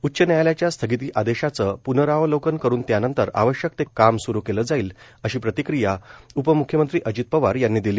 उच्च न्यायालयाच्या स्थगिती आदेशाचं पुनरावलोकन करुन त्यानंतर आवश्यक ते काम सुरु केलं जाईल अशी प्रतिक्रिया उपम्ख्यमंत्री अजित पवार यांनी दिली